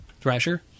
Thrasher